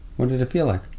what did it feel like?